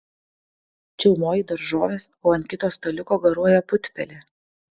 čiaumoji daržoves o ant kito staliuko garuoja putpelė